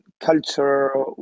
culture